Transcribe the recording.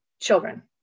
children